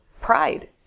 pride